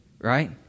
right